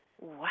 wow